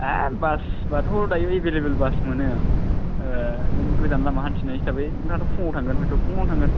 ए बासबाथ' दायो एबेलेबेल बास मोनो नों गोजान लामा हान्थिनाय हिसाबै नोंथाङाथ' फुङावनो थांगोन हयथ' फुङावनो थांगोन